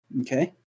Okay